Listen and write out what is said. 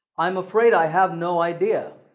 i'm afraid i have no idea.